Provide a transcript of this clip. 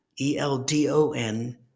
E-L-D-O-N